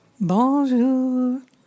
Bonjour